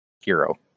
hero